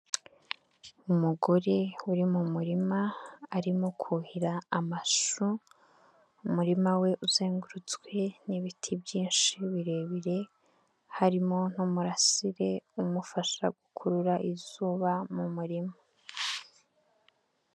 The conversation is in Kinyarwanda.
Umugore uri mu murima arimo kuhira amashu, umurima we uzengurutswe n'ibiti byinshi birebire, harimo n'umurasire umufasha gukurura izuba mu murima.